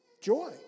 joy